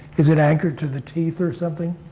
is it anchored to the teeth or something?